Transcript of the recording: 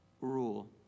rule